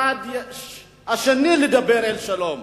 ובצד השני לדבר על שלום.